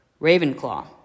Ravenclaw